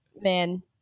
Man